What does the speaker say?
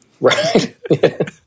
Right